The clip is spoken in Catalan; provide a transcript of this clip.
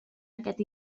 aquest